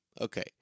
Okay